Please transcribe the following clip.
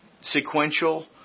sequential